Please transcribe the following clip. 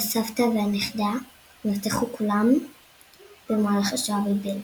הסבתא והנכדה נרצחו כולם במהלך השואה בבלגיה.